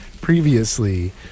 previously